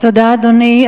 תודה, אדוני.